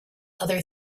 other